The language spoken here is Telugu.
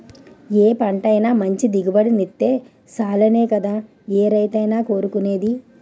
ఏ పంటైనా మంచి దిగుబడినిత్తే సాలనే కదా ఏ రైతైనా కోరుకునేది?